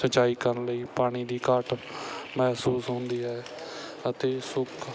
ਸਿੰਜਾਈ ਕਰਨ ਲਈ ਪਾਣੀ ਦੀ ਘਾਟ ਮਹਿਸੂਸ ਹੁੰਦੀ ਹੈ ਅਤੇ ਸੋਕਾ